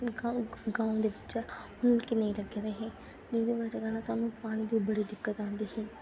ग्राएं बिच्च नलके नेईं लगे दे हे जेह्दी वजह् कन्नै सानूं पानी दी बड़ी दिक्कत आंदी ही